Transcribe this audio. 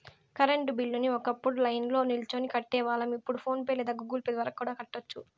current బిల్లుని ఒకప్పుడు లైన్ల్నో నిల్చొని కట్టేవాళ్ళం, ఇప్పుడు ఫోన్ పే లేదా గుగుల్ పే ద్వారా కూడా కట్టొచ్చు